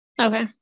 Okay